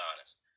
honest